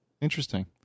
interesting